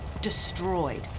Destroyed